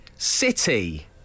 City